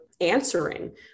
answering